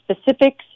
specifics